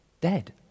dead